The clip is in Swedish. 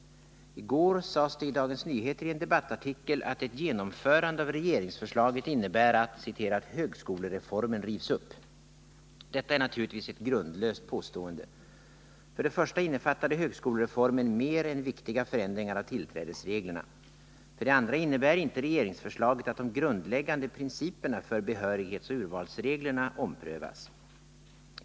I går skrevs det i Dagens Nyheter i en debattartikel att ett genomförande av regeringsförslaget innebär att ”högskolereformen rivs upp”. Det är naturligtvis ett grundlöst påstående. För det första innefattade högskolereformen mer än viktiga förändringar av tillträdesreg lerna. För det andra innebär inte regeringsförslaget att de grundläggande principerna för behörighetsoch urvalsreglerna omprövas.